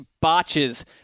botches